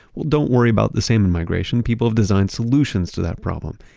well don't worry about the salmon migration, people have designed solutions to that problem.